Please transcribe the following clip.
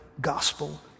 gospel